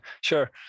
sure